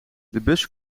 bus